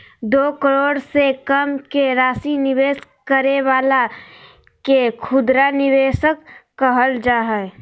दो करोड़ से कम के राशि निवेश करे वाला के खुदरा निवेशक कहल जा हइ